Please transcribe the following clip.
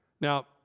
Now